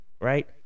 right